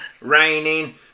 Raining